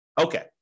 Okay